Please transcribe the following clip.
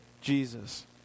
Jesus